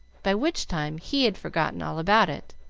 by which time he had forgotten all about it.